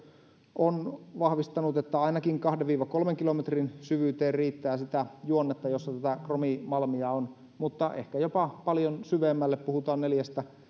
on vahvistanut että ainakin kahden kolmen kilometrin syvyyteen riittää sitä juonnetta jossa tätä kromimalmia on mutta ehkä jopa paljon syvemmälle puhutaan neljästä